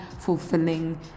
fulfilling